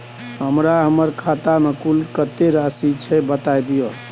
Sir हमरा खाता में कुल कत्ते राशि छै बता दिय?